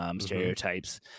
stereotypes